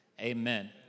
amen